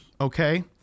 Okay